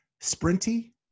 sprinty